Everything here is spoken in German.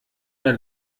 der